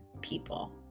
people